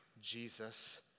Jesus